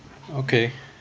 okay